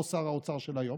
לא שר האוצר של היום.